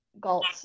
Galt